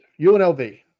UNLV